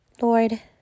Lord